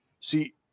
See